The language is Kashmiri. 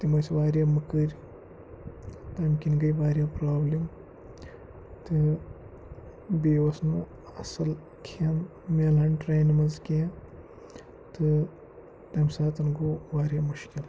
تِم ٲسۍ وارِیاہ مٔکٕرۍ تَمہِ کِنۍ گٔے وارِیاہ پرٛابلِم تہٕ بیٚیہِ اوس نہٕ اَصٕل کھٮ۪ن مِلان ٹرینہِ منٛز کیٚنٛہہ تہٕ تَمہِ ساتَن گوٚو وارِیاہ مُشکِل